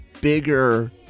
bigger